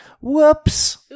Whoops